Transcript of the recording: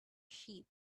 sheep